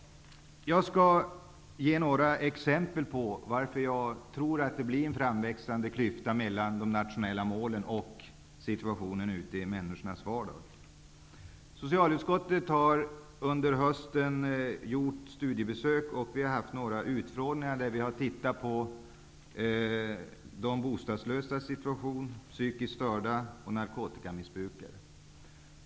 Jag skall med några exempel belysa varför jag tror att det blir en framväxande klyfta mellan de nationella målen och människornas vardag. Socialutskottet har under hösten gjort studie besök och haft utfrågningar där vi har tittat på si tuationen för de bostadslösa, psykiskt störda och narkotikamissbrukare.